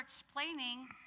explaining